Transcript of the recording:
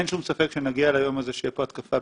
אין שום ספק שנגיע ליום שתהיה פה התקפה,